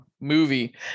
movie